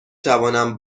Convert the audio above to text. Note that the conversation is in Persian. توانم